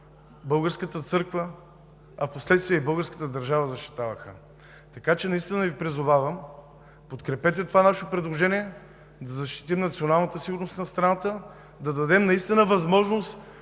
българската църква, а впоследствие защитаваха и българската държава. Така че наистина Ви призовавам: подкрепете това наше предложение да защитим националната сигурност на страната, да дадем наистина възможност